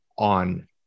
on